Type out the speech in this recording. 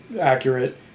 accurate